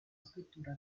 scrittura